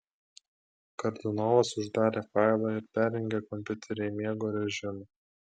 kardinolas uždarė failą ir perjungė kompiuterį į miego režimą